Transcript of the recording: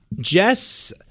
Jess